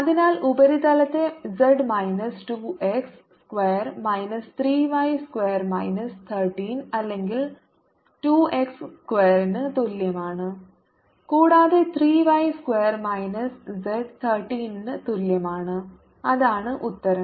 അതിനാൽ ഉപരിതലത്തെ z minus 2 x square minus 3 y square minus 13 അല്ലെങ്കിൽ 2 എക്സ് സ്ക്വയറിന് തുല്യമാണ് കൂടാതെ 3 y സ്ക്വയർ മൈനസ് z 13 ന് തുല്യമാണ് അതാണ് ഉത്തരം